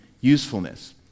usefulness